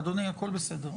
אדוני, הכול בסדר.